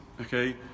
Okay